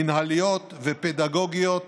מינהליות ופדגוגיות